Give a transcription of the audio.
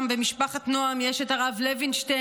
במשפחת נעם יש את הרב לוינשטיין,